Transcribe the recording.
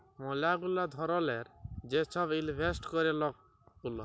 ম্যালা গুলা ধরলের যে ছব ইলভেস্ট ক্যরে লক গুলা